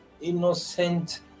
innocent